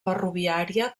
ferroviària